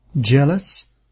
Jealous